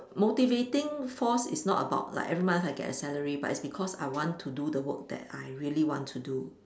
motivating force is not about like every month I get a salary but is because I want to do the work that I really want to do